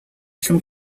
from